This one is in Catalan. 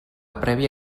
prèvia